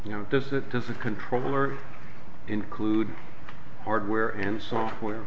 you know does it does the controller include hardware and software